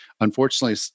unfortunately